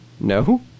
No